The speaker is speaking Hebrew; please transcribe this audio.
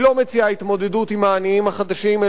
היא לא מציעה התמודדות עם העניים החדשים,